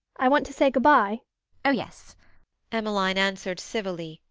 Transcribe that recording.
i want to say good-bye oh, yes emmeline answered civilly,